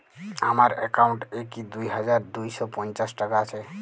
আমার অ্যাকাউন্ট এ কি দুই হাজার দুই শ পঞ্চাশ টাকা আছে?